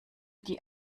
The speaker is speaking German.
die